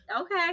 Okay